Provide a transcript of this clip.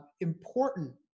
important